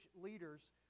leaders